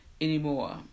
anymore